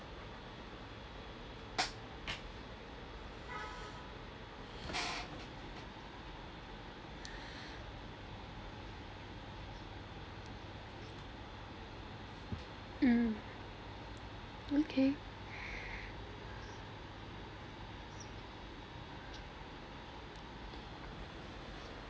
mm okay